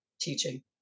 teaching